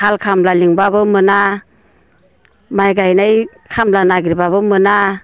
हाल खामला लिंबाबो मोना माइ गायनाय खामला नागिरबाबो मोना